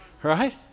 right